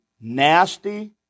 nasty